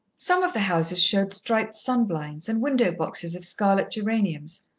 some of the houses showed striped sun-blinds, and window-boxes of scarlet geraniums.